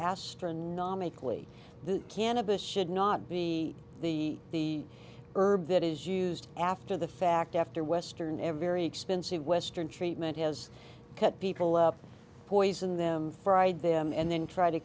astronomically cannabis should not be the herb that is used after the fact after western every expensive western treatment has cut people up poison them fried them and then try to